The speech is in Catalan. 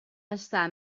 està